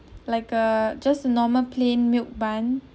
like a just a normal plain milk bun